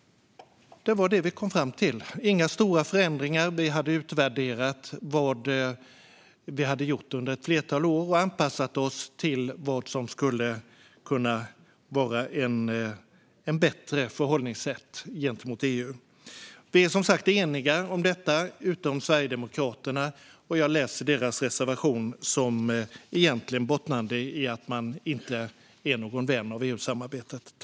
Det var detta vi kom fram till. Det är inga stora förändringar. Vi utvärderade vad vi hade gjort under flera år och har anpassat oss till vad som skulle kunna vara ett bättre förhållningssätt gentemot EU. Vi är som sagt eniga om detta, utom Sverigedemokraterna. Jag läser deras reservation, som egentligen bottnar i att de inte är några vänner av EU-samarbetet.